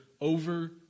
over